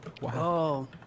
Wow